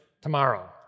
tomorrow